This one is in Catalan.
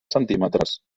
centímetres